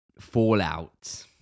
Fallout